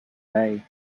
bay